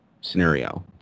scenario